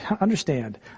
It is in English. Understand